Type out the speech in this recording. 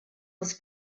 was